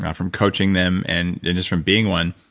from coaching them, and it just from being one,